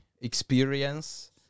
experience